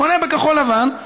הוא חונה בכחול לבן,